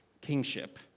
kingship